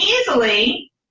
easily